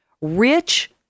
Rich